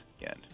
again